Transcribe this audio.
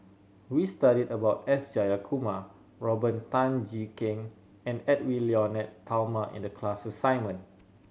we studied about S Jayakumar Robert Tan Jee Keng and Edwy Lyonet Talma in the class assignment